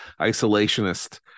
isolationist